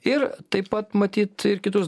ir taip pat matyt ir kitus